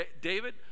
david